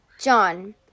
John